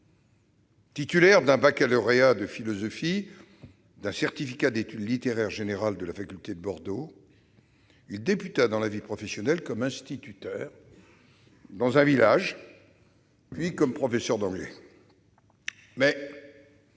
Titulaire d'un baccalauréat de philosophie et d'un certificat d'études littéraires générales de la faculté de Bordeaux, il débuta dans la vie professionnelle comme instituteur dans un village, puis comme professeur d'anglais. Mais